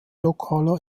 lokaler